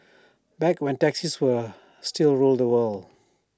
back when taxis were still ruled the world